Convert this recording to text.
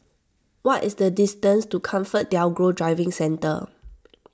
what is the distance to ComfortDelGro Driving Centre